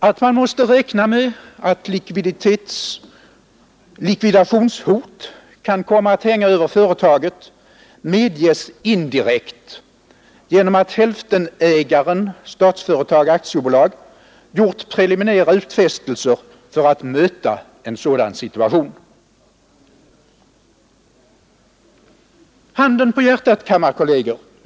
Att man måste räkna med att likvidationshot kan komma att hänga över företaget medges indirekt genom att hälftenägaren Statsföretag AB gjort preliminära utfästelser för att möta en sådan Handen på hjärtat, kammarkolleger!